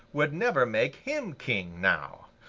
would never make him king, now.